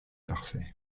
parfait